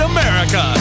America